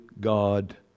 God